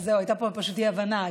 הייתה פה פשוט אי-הבנה,